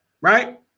Right